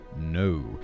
no